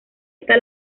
está